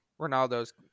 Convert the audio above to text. Ronaldo's